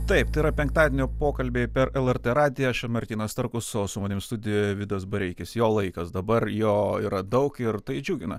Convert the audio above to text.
taip tai yra penktadienio pokalbiai per lrt radiją aš čia martynas starkus o su manim studijoje vidas bareikis jo laikas dabar jo yra daug ir tai džiugina